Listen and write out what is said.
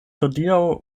hodiaŭ